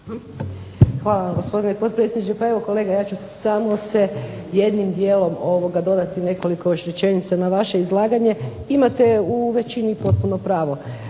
Hvala vam gospodine potpredsjedniče. Pa evo kolega ja ću samo se jednim dijelom dodati nekoliko još rečenica na vaše izlaganje. Imate u većini potpuno pravo.